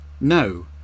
no